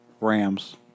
Rams